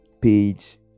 page